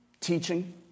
teaching